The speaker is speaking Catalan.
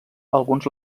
alguns